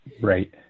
right